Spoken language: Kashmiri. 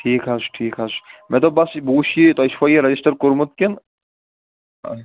ٹھیٖک حظ چھُ ٹھیٖک حظ چھُ مےٚ دوٚپ بَس یہِ بہٕ وٕچھِ یہِ تۄہہِ چھوا یہِ رَجسٹر کورمُت کِنہٕ نہ